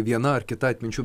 viena ar kita atminčių